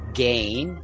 gain